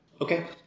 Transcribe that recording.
Okay